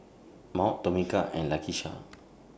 Maud Tomeka and Lakeisha